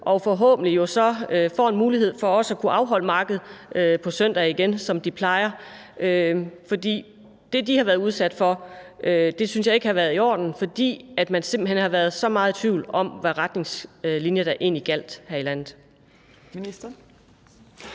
og forhåbentlig jo så får en mulighed for også at kunne afholde marked på søndag igen, som de plejer. For det, de har været udsat for, synes jeg ikke har været i orden, for man har simpelt hen været så meget i tvivl om, hvilke retningslinjer der egentlig gjaldt her i landet.